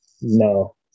No